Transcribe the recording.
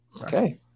Okay